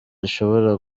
rishobora